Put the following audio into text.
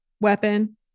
weapon